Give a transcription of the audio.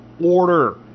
order